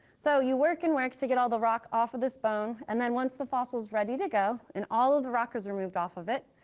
so you work and work to get all the rock off of this bone, and then once the fossil's ready to go, and all of the rock is removed off of it,